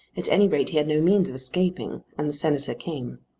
at any rate he had no means of escaping, and the senator came.